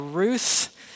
Ruth